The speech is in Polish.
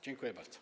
Dziękuję bardzo.